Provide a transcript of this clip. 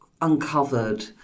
uncovered